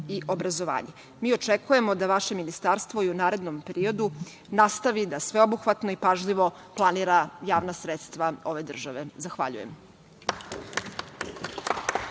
i obrazovanje. Mi očekujemo da vaše ministarstvo i u narednom periodu nastavi da sveobuhvatno i pažljivo planira javna sredstva ove države. Zahvaljujem.